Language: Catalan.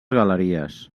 galeries